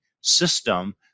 system